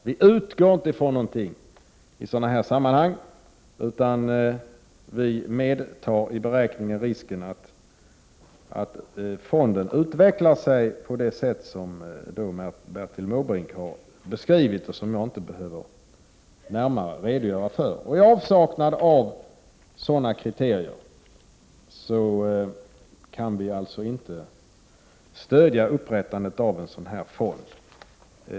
Vi utgår inte från det ena eller det andra i sådana här sammanhang, utan vi räknar med risken att fonden utvecklas på det sätt som Bertil Måbrink har beskrivit. Jag behöver därför inte närmare redogöra för den saken. IT avsaknad av nämnda kriterier kan vi alltså inte stödja upprättandet av en sådan här fond.